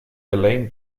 elaine